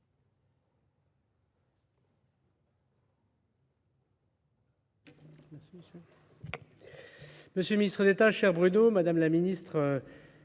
Merci